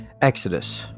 Exodus